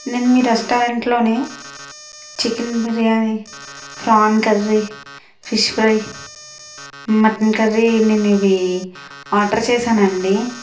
నేను మీ రెస్టారెంట్లోని chicken biryani prawn curry fish fry mutton curry నేను ఇవి ఆర్డర్ చేశానండి